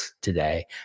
today